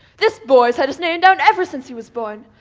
this boy's had his name down ever since he was born.